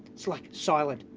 it's like, silent.